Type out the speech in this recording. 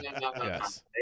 yes